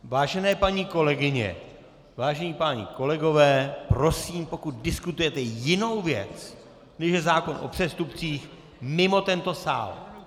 Vážené paní kolegyně, vážení páni kolegové, prosím, pokud diskutujete jinou věc, než je zákon o přestupcích, mimo tento sál.